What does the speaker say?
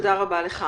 תודה רבה לך.